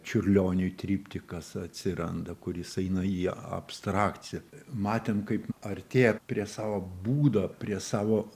čiurlioniui triptikas atsiranda kur jis eina į abstrakciją matėm kaip artėja prie savo būdo prie savo